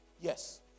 Yes